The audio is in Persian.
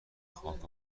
خاک